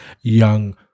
young